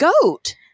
goat